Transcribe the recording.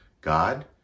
God